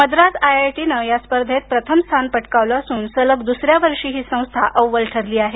मद्रास आयआयटीनं या स्पर्धेत प्रथम स्थान पटकावलं असून सलग दुसऱ्या वर्षी ही संस्था अव्वल ठरली आहे